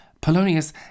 Polonius